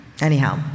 Anyhow